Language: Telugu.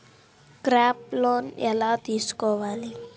క్రాప్ లోన్ ఎలా తీసుకోవాలి?